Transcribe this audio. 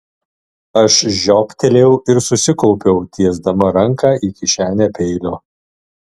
aš žioptelėjau ir susikaupiau tiesdama ranką į kišenę peilio